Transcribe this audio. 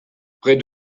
près